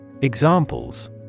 Examples